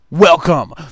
Welcome